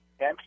Okay